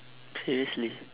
seriously